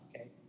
Okay